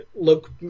look